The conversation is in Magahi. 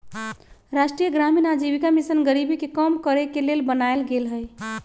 राष्ट्रीय ग्रामीण आजीविका मिशन गरीबी के कम करेके के लेल बनाएल गेल हइ